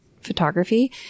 photography